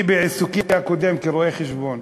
אני בעיסוקי הקודם, כרואה-חשבון,